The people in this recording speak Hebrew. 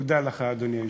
תודה לך, אדוני היושב-ראש.